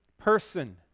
person